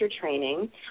training